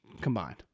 combined